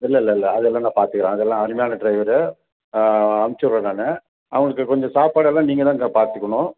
இல்லை இல்லை இல்லை அதெல்லாம் நான் பார்த்துக்குறேன் அதெல்லாம் அருமையான டிரைவரு அமுச்சுடறேன் நான் அவனுக்கு கொஞ்சம் சாப்பாடெல்லாம் நீங்கள் தாங்க பார்த்துக்கணும்